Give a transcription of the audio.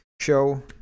show